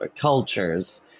cultures